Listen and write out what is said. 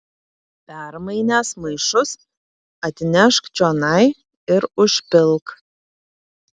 permainęs maišus atnešk čionai ir užpilk